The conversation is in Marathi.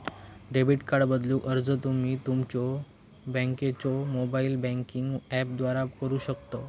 डेबिट कार्ड बदलूक अर्ज तुम्ही तुमच्यो बँकेच्यो मोबाइल बँकिंग ऍपद्वारा करू शकता